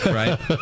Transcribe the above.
right